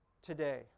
Today